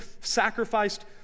sacrificed